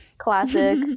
classic